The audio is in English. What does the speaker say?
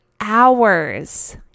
hours